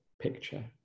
picture